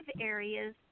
areas